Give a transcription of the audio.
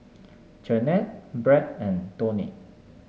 Janette Brad and Toni